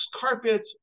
carpets